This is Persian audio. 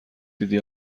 دیدی